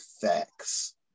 facts